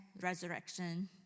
resurrection